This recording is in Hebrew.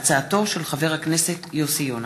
תודה.